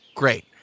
Great